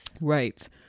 Right